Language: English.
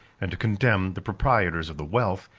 and to condemn, the proprietors of the wealth,